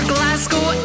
Glasgow